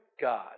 God